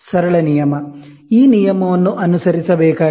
ಸರಳ ನಿಯಮ ಈ ನಿಯಮವನ್ನು ಅನುಸರಿಸಬೇಕಾಗಿದೆ